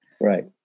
Right